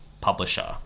publisher